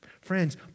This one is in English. Friends